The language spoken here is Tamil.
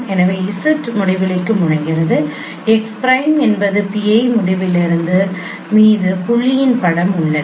எனவே Z முடிவிலிக்கு முனைகிறது x பிரைம் என்பது pi முடிவிலி மீது புள்ளியின் படம் உள்ளது